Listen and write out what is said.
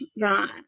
right